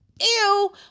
Ew